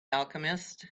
alchemist